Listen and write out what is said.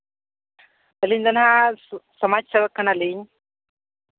ᱟᱹᱞᱤᱧ ᱫᱚ ᱦᱟᱸᱜ ᱥᱚᱢᱟᱡᱽ ᱥᱮᱵᱚᱠ ᱠᱟᱱᱟᱞᱤᱧ